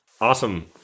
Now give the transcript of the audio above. Awesome